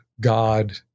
God